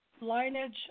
lineage